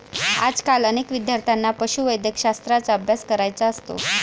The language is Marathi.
आजकाल अनेक विद्यार्थ्यांना पशुवैद्यकशास्त्राचा अभ्यास करायचा असतो